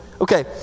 Okay